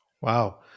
Wow